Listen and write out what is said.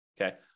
okay